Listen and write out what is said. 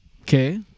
Okay